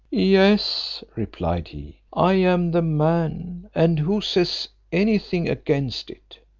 yes, replied he, i am the man and who says any thing against it?